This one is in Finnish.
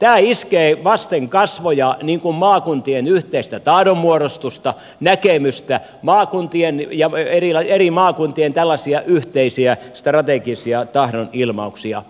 tämä iskee vasten kasvoja maakuntien yhteistä tahdonmuodostusta näkemystä eri maakuntien tällaisia yhteisiä strategisia tahdonil mauksia